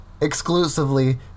exclusively